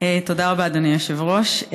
תודה רבה, אדוני היושב-ראש.